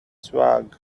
swag